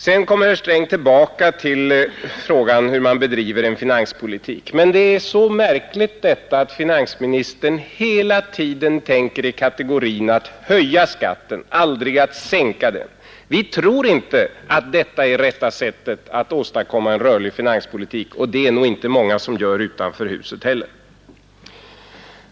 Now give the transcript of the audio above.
Sedan kom herr Sträng tillbaka till frågan hur man bedriver en finanspolitik, men det är mycket märkligt att finansministerns tankar hela tiden är inriktade på att höja skatten, aldrig på att sänka den. Vi tror inte att detta är rätta sättet att åstadkomma en rörlig finanspolitik, och det är nog inte många som gör det utanför huset heller.